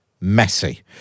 messy